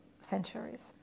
centuries